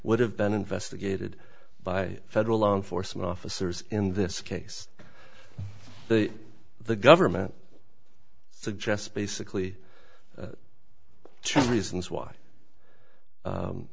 would have been investigated by federal law enforcement officers in this case the government suggest basically two reasons why